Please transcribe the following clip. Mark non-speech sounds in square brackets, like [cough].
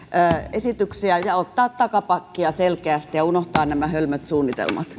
esityksiä ja ottaa takapakkia selkeästi ja unohtaa nämä hölmöt suunnitelmat [unintelligible]